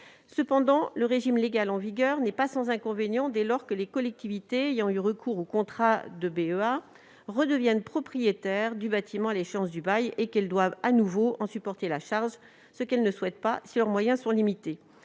Toutefois, le régime légal en vigueur n'est pas sans inconvénient, dès lors que les collectivités ayant eu recours à un BEA redeviennent propriétaires du bâtiment à l'échéance du bail et qu'elles doivent alors de nouveau en supporter la charge, ce qu'elles ne souhaitent pas si leurs moyens sont limités.